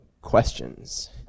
Questions